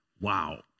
wow